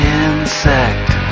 insect